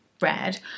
red